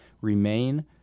remain